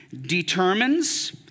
determines